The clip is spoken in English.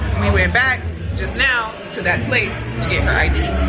we went back just now to that place to get her id.